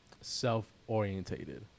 self-orientated